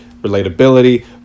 relatability